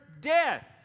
dead